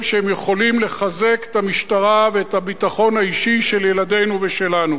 שהם יכולים לחזק את המשטרה ואת הביטחון האישי של ילדינו ושלנו: